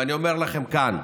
ואני אומר לכם כאן,